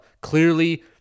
Clearly